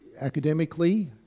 Academically